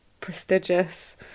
prestigious